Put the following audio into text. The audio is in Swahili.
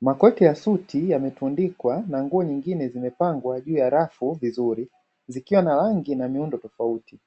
Makoti ya suti yametundikwa na nguo nyingine zimepangwa juu ya rafu vizuri zikiwa na rangi na miundo tofauti,